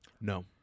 No